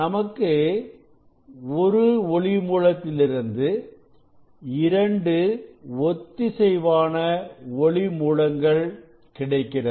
நமக்கு ஒரு மூலத்திலிருந்து இரண்டு ஒத்திசைவான ஒளி மூலங்கள் கிடைக்கிறது